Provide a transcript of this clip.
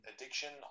Addiction